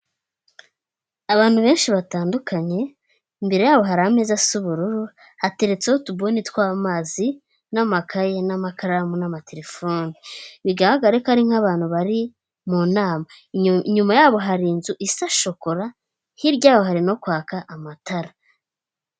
Abantu benshi batandukanye imbere yabo hari ameza asa ubururu hateretse utubuni tw'amazi n'amakaye n'amakaramu n'amatelefoni, bigahagariko ari nk'abantu bari mu nama, inyuma yabo hari inzu isa shokora hirya yaho harimo kwaka amatara.